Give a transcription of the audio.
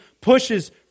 pushes